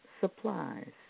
supplies